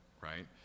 right